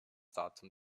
datum